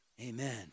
Amen